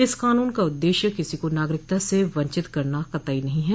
इस कानून का उददेश्य किसी को नागरिकता से वंचित करना कतई नहीं है